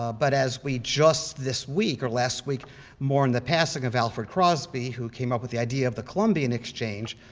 but as we just this week or last week mourned the passing of alfred crosby, who came up with the idea of the columbian exchange,